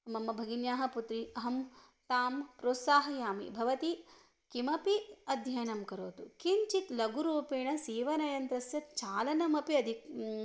मम भगिन्याः पुत्री अहं तां प्रोत्साहयामि भवती किमपि अध्ययनं करोतु किञ्चित् लघुरूपेण सीवनयन्त्रस्य चालनमपि अधिकं